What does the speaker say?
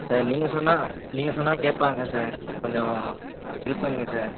sir நீங்கள் சொன்னால் நீங்கள் சொன்னால் கேட்பாங்க சார் கொஞ்ச ஹெல்ப் பண்ணுங்கள் சார்